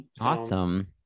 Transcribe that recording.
awesome